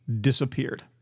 disappeared